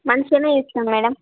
మంచిగా చేస్తాం మ్యాడమ్